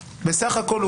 הכל,